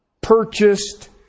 purchased